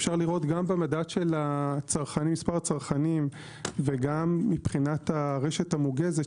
אפשר לראות גם במדד של מספר הצרכנים וגם מבחינת הרשת המוגזת,